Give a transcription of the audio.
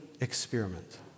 experiment